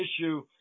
issue